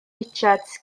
richards